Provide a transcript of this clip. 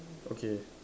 okay